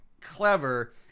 clever